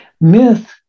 myth